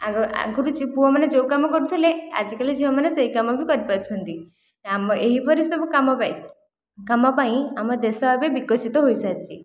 ଆଗ ଆଗରୁ ଯେଉଁ ପୁଅମାନେ ଯେଉଁ କାମ କରୁଥିଲେ ଆଜିକାଲି ଝିଅମାନେ ସେହି କାମ ବି କରିପାରୁଛନ୍ତି ଆମ ଏହିପରି ସବୁ କାମ ପାଇଁ କାମ ପାଇଁ ଆମ ଦେଶ ଏବେ ବିକଶିତ ହୋଇସାରିଛି